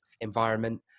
environment